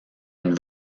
une